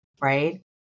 right